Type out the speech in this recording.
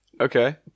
Okay